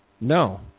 No